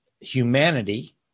humanity